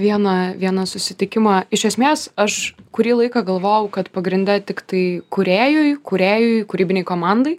vieną vieną susitikimą iš esmės aš kurį laiką galvojau kad pagrinde tiktai kūrėjui kūrėjui kūrybinei komandai